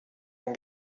and